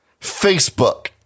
Facebook